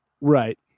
Right